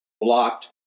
blocked